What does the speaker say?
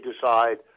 decide